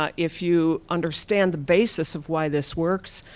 ah if you understand the basis of why this works,